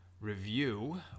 review